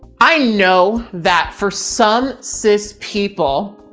i know that for some cis people,